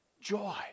joy